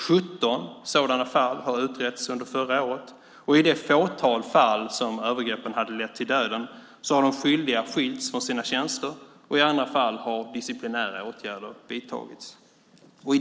17 sådana fall har utretts under förra året. I det fåtal fall där övergreppen har lett till döden har de skyldiga skilts från sina tjänster, och i andra fall har disciplinära åtgärder vidtagits.